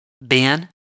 Ben